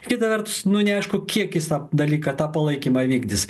kita vertus nu neaišku kiek jis tą dalyką tą palaikymą vykdys